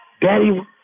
Daddy